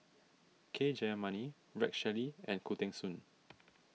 K Jayamani Rex Shelley and Khoo Teng Soon